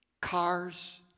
cars